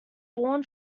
born